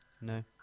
No